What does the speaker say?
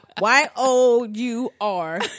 Y-O-U-R